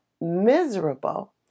miserable